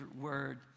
word